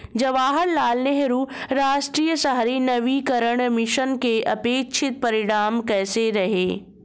जवाहरलाल नेहरू राष्ट्रीय शहरी नवीकरण मिशन के अपेक्षित परिणाम कैसे रहे?